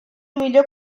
millor